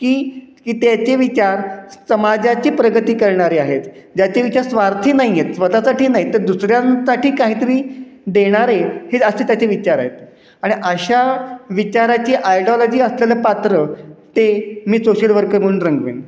की की त्याचे विचार समाजाची प्रगती करणारे आहेत ज्याचे विचार स्वार्थी नाहीयेत स्वतासाठी नाही तर दुसऱ्यांसाठी काहीतरी देणारे हे असते त्याचे विचार आहेत आणि अशा विचाराची आयडॉलॉजी असलेल्या पात्र ते मी सोशल वर्कर म्हणून रंगवीन